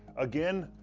again,